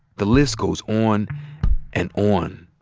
the list goes on and on.